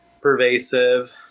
pervasive